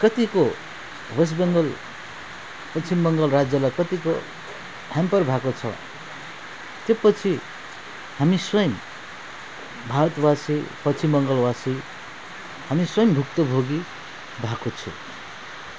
कतिको West Bengal Paschim Bangal राज्यलाई कतिको ह्याम्पर भएको छ त्यो पछि हामी स्वयम भारतवासी पश्चिम बङ्गालवासी हामी स्वयम भुक्तभोगी भएको छौँ